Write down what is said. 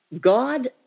God